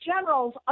generals